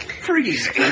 Freezing